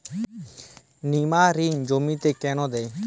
নিমারিন জমিতে কেন দেয়?